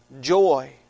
Joy